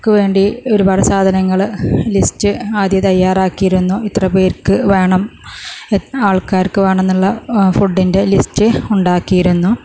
ക്ക് വേണ്ടി ഒരുപാട് സാധനങ്ങൾ ലിസ്റ്റ് ആദ്യം തയ്യാറാക്കിയിരുന്നു ഇത്ര പേർക്ക് വേണം എത്ര ആൾക്കാർക്ക് വേണമെന്നുള്ള ഫുഡിൻറ്റെ ലിസ്റ്റ് ഉണ്ടാക്കിയിരുന്നു